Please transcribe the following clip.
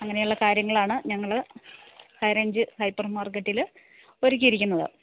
അങ്ങനെയുള്ള കാര്യങ്ങളാണ് ഞങ്ങൾ ഹൈ റേഞ്ച് ഹൈപ്പര് മാര്ക്കറ്റിൽ ഒരുക്കിയിരിക്കുന്നത്